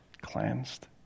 cleansed